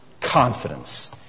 confidence